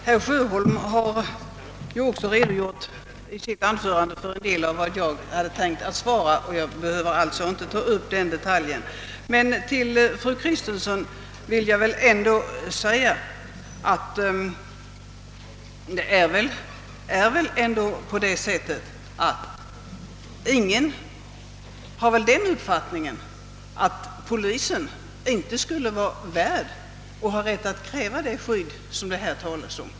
Herr talman! Herr Sjöholm har i sitt anförande redogjort för en del av vad jag hade tänkt säga, och jag behöver därför inte ta upp det. Men till fru Kristensson vill jag ändå säga att ingen har väl den uppfattningen att polisen inte skulle vara värd eller ha rätt att kräva det skydd som det här talas om.